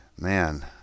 man